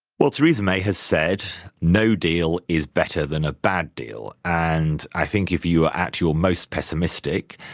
well, theresa may has said no deal is better than a bad deal. and i think if you are at your most pessimistic,